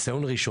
בניסיון ראשון,